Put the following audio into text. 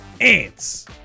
ants